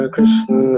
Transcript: Krishna